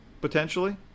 potentially